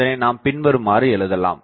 அதனை நாம் பின்வருமாறு எழுதலாம்